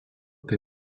tai